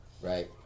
Right